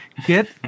get